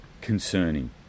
concerning